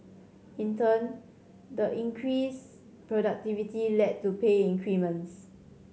in turn the increased productivity led to pay increments